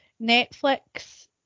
Netflix